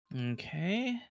Okay